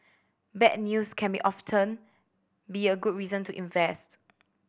bad news can be often be a good reason to invest